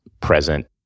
present